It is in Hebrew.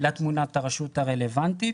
לתמונה את הרשות הרלוונטית.